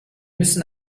müssen